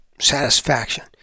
satisfaction